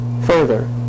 further